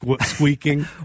squeaking